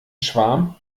schwarm